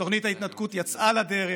ותוכנית ההתנתקות יצאה לדרך.